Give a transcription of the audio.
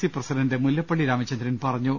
C president Mullappally Ramachandran പറഞ്ഞു